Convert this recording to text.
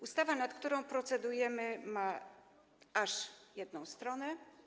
Ustawa, nad którą procedujemy, ma aż jedną stronę.